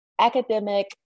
academic